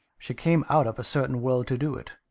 she came out of a certain world to do it.